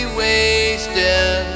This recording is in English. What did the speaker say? wasted